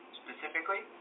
specifically